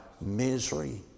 misery